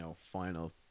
final